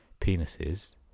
penises